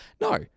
no